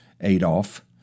Adolf